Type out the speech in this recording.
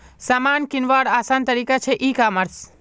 सामान किंवार आसान तरिका छे ई कॉमर्स